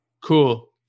Cool